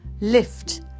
lift